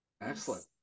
Excellent